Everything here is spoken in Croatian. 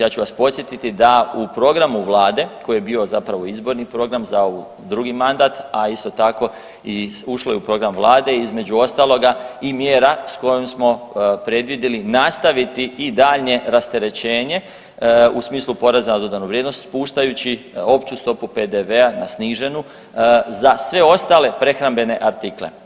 Ja ću vas podsjetiti da u programu Vlade koji je bio zapravo izborni program za ovaj drugi mandat, a isto tako i ušlo je u program Vlade između ostaloga i mjera sa kojom smo predvidjeli nastaviti i daljnje rasterećenje u smislu poreza na dodanu vrijednost spuštajući opću stopu PDV-a na sniženu za sve ostale prehrambene artikle.